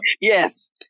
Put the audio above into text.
Yes